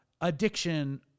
addiction